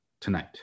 tonight